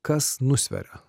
kas nusveria